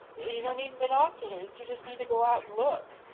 you don't need binoculars. you just need to go out and look.